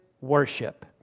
worship